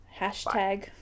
Hashtag